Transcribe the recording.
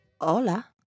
Hola